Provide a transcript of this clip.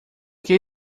que